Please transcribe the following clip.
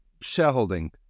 shareholding